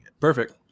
Perfect